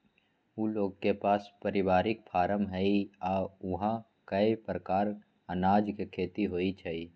उ लोग के पास परिवारिक फारम हई आ ऊहा कए परकार अनाज के खेती होई छई